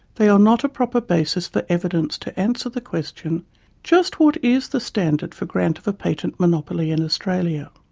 they are not a proper basis for evidence to answer the question just what is the standard for grant of a patent monopoly in australia?